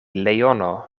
leono